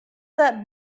that